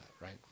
right